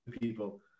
people